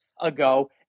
ago